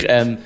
en